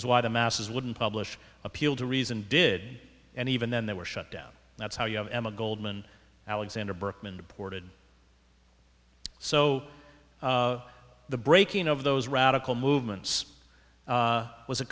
is why the masses wouldn't publish appeal to reason did and even then they were shut down that's how you have emma goldman alexander berkman deported so the breaking of those radical movements was a